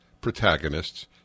protagonists